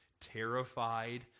terrified